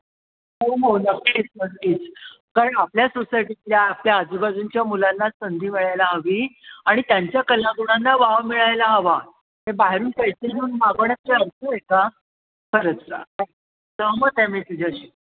हो हो नक्कीच नक्कीच कारण आपल्या सोसायटीतल्या आपल्या आजूबाजूंच्या मुलांना संधी मिळायला हवी आणि त्यांच्या कलागुणांना वाव मिळायला हवा हे बाहेरून पैसे घेऊन मागवण्यात काय अर्थ आहे का खरंच सांग सहमत आहे मी तुझ्याशी